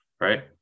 right